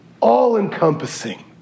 all-encompassing